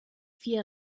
vier